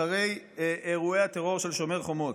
אחרי אירועי הטרור של שומר חומות.